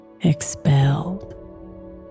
expelled